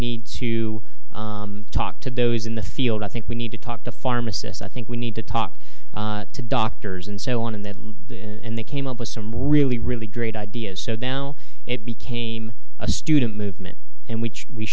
need to talk to those in the field i think we need to talk to pharmacists i think we need to talk to doctors and so on and then and they came up with some really really great ideas so now it became a student movement and which we